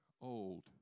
old